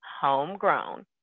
homegrown